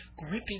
gripping